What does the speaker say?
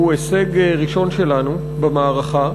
הוא הישג ראשון שלנו במערכה.